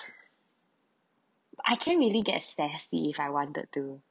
but I can really get sassy if I wanted to